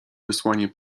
wysłanie